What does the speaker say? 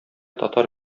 татар